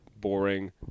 boring